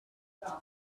there